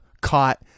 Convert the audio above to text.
caught